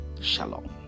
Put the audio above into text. Shalom